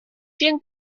vielen